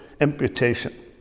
imputation